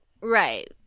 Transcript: Right